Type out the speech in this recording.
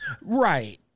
Right